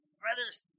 brothers